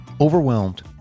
overwhelmed